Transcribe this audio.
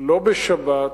לא בשבת,